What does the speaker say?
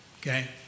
Okay